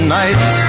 nights